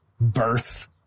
birth